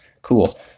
cool